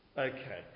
Okay